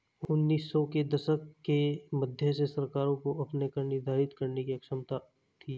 उन्नीस सौ के दशक के मध्य से सरकारों को अपने कर निर्धारित करने की अधिक स्वतंत्रता थी